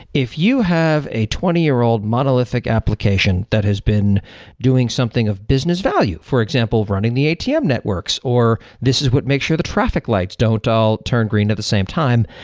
if you have a twenty year old monolithic application that has been doing something of business value, for example, running the atm networks or this is what make sure the traffic lights don't all turn green at the same time,